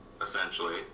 essentially